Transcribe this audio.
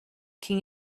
can